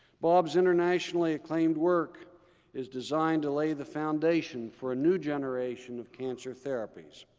bob's internationally acclaimed work is designed to lay the foundation for a new generation of cancer therapies.